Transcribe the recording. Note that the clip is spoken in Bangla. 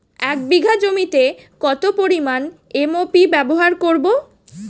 এক বিঘা জমিতে কত পরিমান এম.ও.পি ব্যবহার করব?